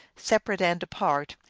separate and apart,